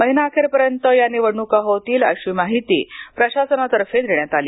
महिनाअखेरपर्यंत या निवडणुका होतील अशी माहिती प्रशासनातर्फे देण्यात आली